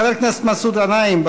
חבר הכנסת מסעוד גנאים,